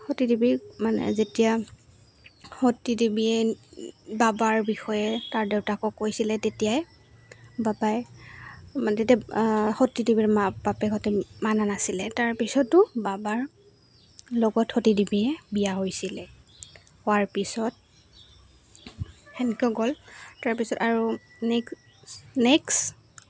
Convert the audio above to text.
সতী দেৱীক মানে যেতিয়া সতী দেৱীয়ে বাবাৰ বিষয়ে তাৰ দেউতাকক কৈছিলে তেতিয়াই বাপাই মানে তেতিয়া সতী দেৱীৰ মা বাপেকহঁতে মানা নাছিলে তাৰ পিছতো বাবাৰ লগত সতী দেৱীয়ে বিয়া হৈছিলে হোৱাৰ পিছত সেনেকৈ গ'ল তাৰ পিছত আৰু নেক্সট